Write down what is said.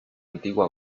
antigua